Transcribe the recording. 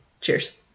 Cheers